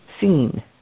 seen